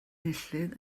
enillydd